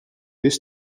this